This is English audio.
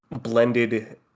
blended